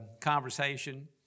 conversation